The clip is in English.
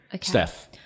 Steph